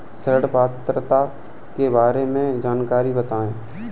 ऋण पात्रता के बारे में जानकारी बताएँ?